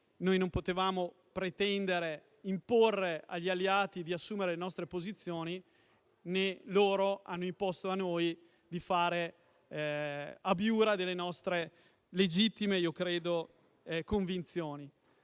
Noi non potevamo pretendere di imporre agli alleati di assumere le nostre posizioni, né loro hanno imposto a noi di fare abiura delle nostre legittime convinzioni.